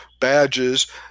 badges